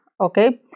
okay